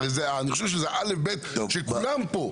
הרי זה הא'-ב' של כולם פה.